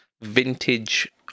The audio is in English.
Vintage